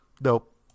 Nope